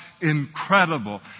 incredible